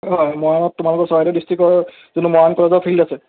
অঁ মৰাণত তোমালোকৰ চৰাইদেউ ডিষ্টিকৰ যোনটো মৰাণ কলেজৰ ফিল্ড আছে